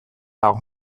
dago